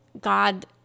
God